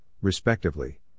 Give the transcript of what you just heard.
respectively